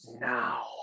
Now